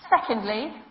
Secondly